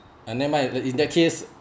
uh never mind the in that case